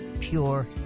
pure